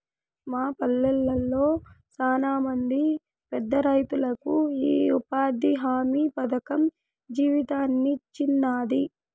మా పల్లెళ్ళ శానమంది పేదరైతులకు ఈ ఉపాధి హామీ పథకం జీవితాన్నిచ్చినాది